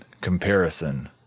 comparison